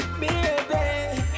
baby